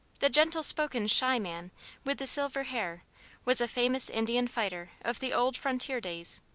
the gentle-spoken, shy man with the silver hair was a famous indian fighter of the old frontier days.